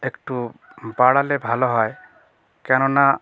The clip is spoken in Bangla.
একটু বাড়ালে ভালো হয় কেননা